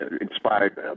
inspired